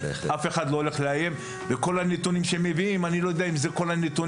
ואני לא יודע אם כל הנתונים שמביאים הם נתונים